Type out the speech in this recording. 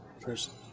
person